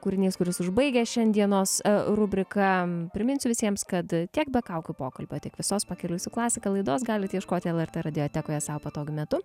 kūrinys kuris užbaigia šiandienos rubriką priminsiu visiems kad tiek be kaukių pokalbio tik visos pakeliui su klasika laidos galit ieškoti lrt radiotekoje sau patogiu metu